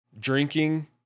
drinking